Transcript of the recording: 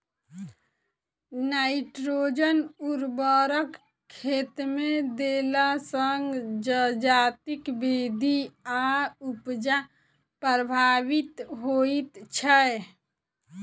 nitrogen उर्वरक खेतमे देला सॅ जजातिक वृद्धि आ उपजा प्रभावित होइत छै